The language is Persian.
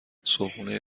صبحونه